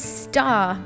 star